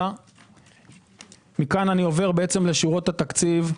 מכאן אני עובר לשורות התקציב.